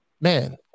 Man